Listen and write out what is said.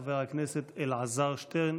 חבר הכנסת אלעזר שטרן,